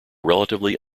relatively